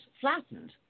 flattened